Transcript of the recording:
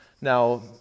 Now